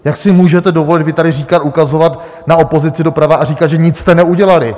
Jak si vy můžete dovolit tady říkat, ukazovat na opozici doprava a říkat, že: Nic jste neudělali?